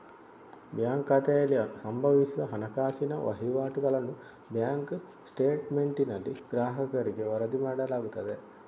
bank ಖಾತೆಯಲ್ಲಿ ಸಂಭವಿಸಿದ ಹಣಕಾಸಿನ ವಹಿವಾಟುಗಳನ್ನು ಬ್ಯಾಂಕ್ ಸ್ಟೇಟ್ಮೆಂಟಿನಲ್ಲಿ ಗ್ರಾಹಕರಿಗೆ ವರದಿ ಮಾಡಲಾಗುತ್ತದೆ